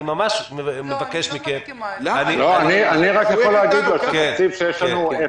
אני ממש מבקש מכם --- אני יכול להגיד שהתקציב שיש לנו הוא אפס,